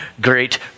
great